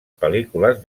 pel·lícules